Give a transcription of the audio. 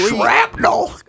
shrapnel